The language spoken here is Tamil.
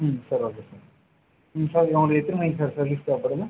ம் சரி ஓகே சார் ம் சார் இது உங்களுக்கு எத்தனை மணிக்கு சார் சர்வீஸ் தேவைப்படுங்க